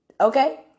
okay